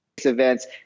events